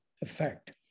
effect